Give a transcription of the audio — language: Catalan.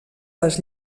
les